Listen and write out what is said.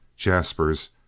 Jaspers